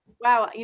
wow. i mean